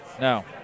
No